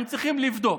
הם צריכים לבדוק.